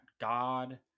God